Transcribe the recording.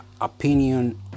opinion